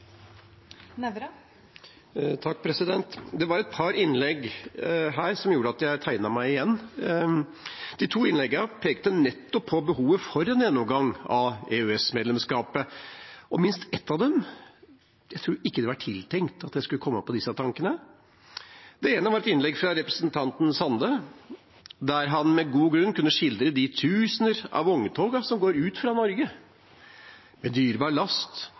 Det var et par innlegg her som gjorde at jeg tegnet meg igjen. De to innleggene pekte nettopp på behovet for en gjennomgang av EØS-medlemskapet, og et av dem – jeg tror ikke det var tiltenkt at jeg skulle komme på disse tankene – var et innlegg fra representanten Sande der han, med god grunn, kunne skildre de tusener av vogntogene som går ut fra Norge, med dyrebar last,